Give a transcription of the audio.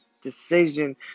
decision